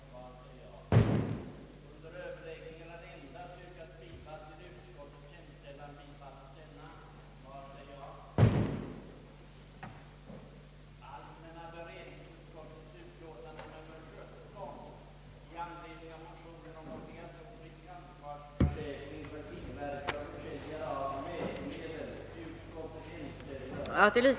såvitt nu vore i fråga, som sin mening giva Kungl. Maj:t till känna vad reservanterna anfört beträffande väghållningsansvarets fördelning mellan stat och kommun;